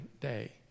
day